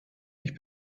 ich